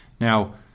Now